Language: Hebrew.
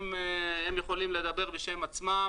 הם יכולים לדבר בשם עצמם.